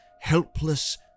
helpless